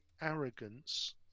arrogance